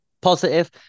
positive